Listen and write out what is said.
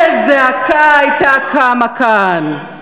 את רואה, גם בקואליציה, איזה זעקה הייתה קמה כאן,